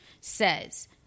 says